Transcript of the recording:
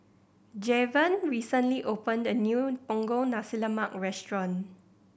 Javon recently opened a new Punggol Nasi Lemak restaurant